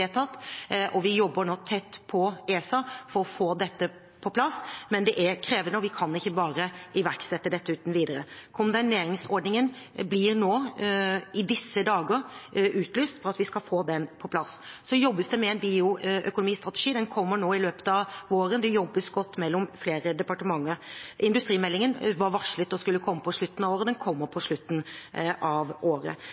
og vi jobber nå tett på ESA for å få dette på plass. Men det er krevende, og vi kan ikke bare iverksette dette uten videre. Kondemneringsordningen blir i disse dager utlyst for at vi skal få den på plass. Så jobbes det med en bioøkonomistrategi. Den kommer i løpet av våren, det jobbes godt mellom flere departementer. Industrimeldingen var varslet å skulle komme på slutten av året – den kommer